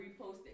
reposted